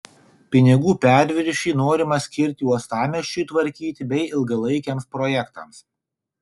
pinigų perviršį norima skirti uostamiesčiui tvarkyti bei ilgalaikiams projektams